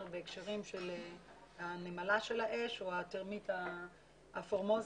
בהקשרים של הנמלה של האש או הטרמיט הפורמוזי.